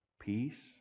peace